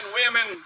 women